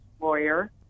lawyer